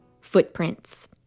Footprints